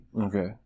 Okay